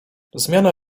zmianę